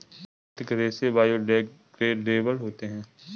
प्राकृतिक रेसे बायोडेग्रेडेबल होते है